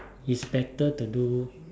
is better to do